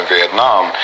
Vietnam